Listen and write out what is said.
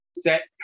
Set